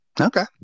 Okay